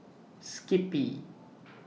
Skippy